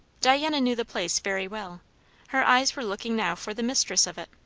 diana knew the place very well her eyes were looking now for the mistress of it.